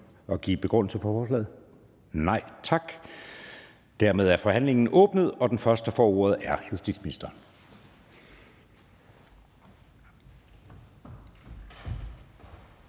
at give en begrundelse for forslaget? Nej, dermed er forhandlingen åbnet, og den første, der får ordet, er justitsministeren.